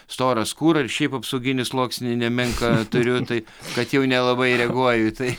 storą skūrą ir šiaip apsauginį sluoksnį nemenką turiu tai kad jau nelabai reaguoju į tai